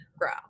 grow